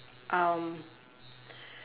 um